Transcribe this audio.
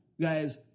Guys